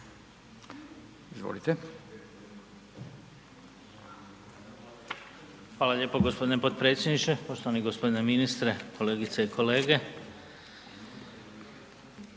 (GLAS)** Hvala lijepo g. potpredsjedniče, poštovani g. ministre, kolegice i kolege.